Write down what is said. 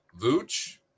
Vooch